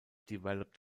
developed